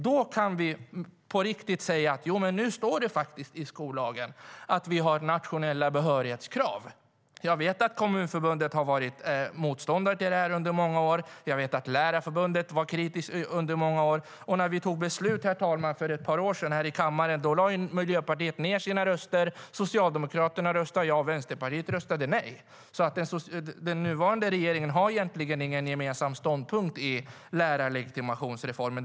Då kan vi på riktigt säga att det står i skollagen att vi har nationella behörighetskrav. Jag vet att Kommunförbundet har varit motståndare till det här under många år. Jag vet att Lärarförbundet var kritiskt under många år. När vi tog beslut, herr talman, för ett par år sedan här i kammaren lade Miljöpartiet ned sina röster. Socialdemokraterna röstade ja, och Vänsterpartiet röstade nej. Den nuvarande regeringen har egentligen ingen gemensam ståndpunkt i fråga om lärarlegitimationsreformen.